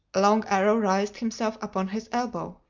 long arrow raised himself upon his elbow.